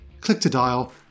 click-to-dial